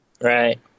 Right